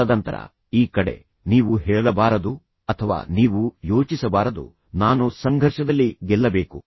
ತದನಂತರ ಈ ಕಡೆ ನೀವು ಹೇಳಬಾರದು ಅಥವಾ ನೀವು ಯೋಚಿಸಬಾರದು ನಾನು ಸಂಘರ್ಷದಲ್ಲಿ ಗೆಲ್ಲಬೇಕು